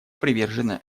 привержена